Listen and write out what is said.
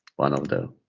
one of them,